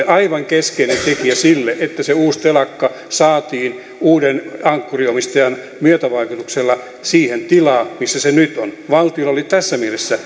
aivan keskeinen tekijä sille että uusi telakka saatiin uuden ankkuriomistajan myötävaikutuksella siihen tilaan missä se nyt on valtiolla oli tässä mielessä